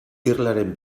irlaren